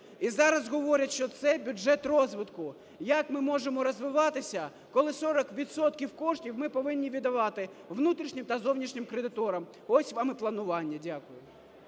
і зараз говорять, що це бюджет розвитку. Як ми можемо розвиватися, коли 40 відсотків коштів ми повинні віддавати внутрішнім та зовнішнім кредиторам? Ось вам і планування. Дякую.